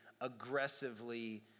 aggressively